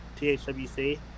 THWC